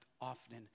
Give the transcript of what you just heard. often